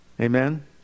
Amen